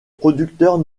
producteurs